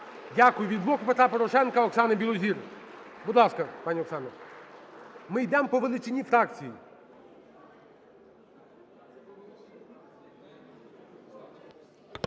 Дякую. Від "Блоку Петра Порошенка" Оксана Білозір. Будь ласка, пані Оксано. Ми йдемо по величині фракції.